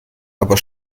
aber